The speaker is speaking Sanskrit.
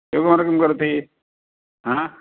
शिवकुमार किं करोति आ